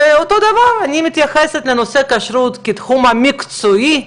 אותו דבר, אני מתייחסת לנושא הכשרות כתחום מקצועי,